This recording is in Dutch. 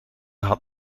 had